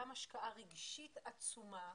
גם השקעה רגשית עצומה,